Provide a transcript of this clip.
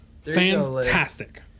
Fantastic